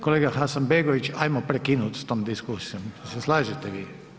Kolega Hasanbegović, ajmo prekinuti s tom diskusijom, se slažete vi?